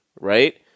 right